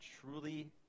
truly